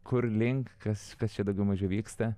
kur link kas kas čia daugiau mažiau vyksta